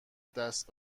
دست